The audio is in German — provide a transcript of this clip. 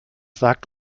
sagt